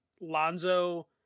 lonzo